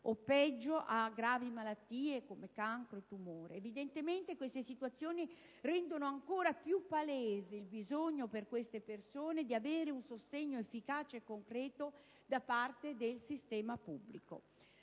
o peggio è ammalato di cancro. Evidentemente, queste situazioni rendono ancora più palese il bisogno di queste persone di un sostegno efficace e concreto da parte del sistema pubblico.